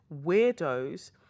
weirdos